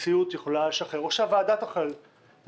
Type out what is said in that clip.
הנשיאות יכולה לשחרר או שהוועדה תחליט